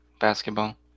Basketball